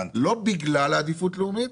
לא בגלל עדיפות לאומית.